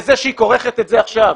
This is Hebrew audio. בזה שהיא כורכת את זה עכשיו,